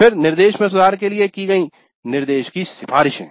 फिर निर्देश में सुधार के लिए की गयी निर्देश की सिफारिशें